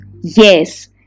Yes